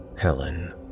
Helen